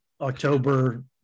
october